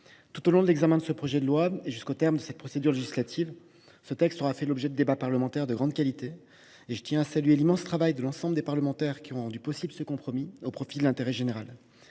Tout au long de l’examen de ce projet de loi, et jusqu’au terme de cette procédure législative, ce texte aura fait l’objet de débats parlementaires d’une grande qualité. Je tiens à saluer l’immense travail de l’ensemble des parlementaires qui ont rendu possible ce compromis au profit de l’intérêt général.